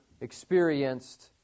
experienced